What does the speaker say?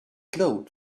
glowed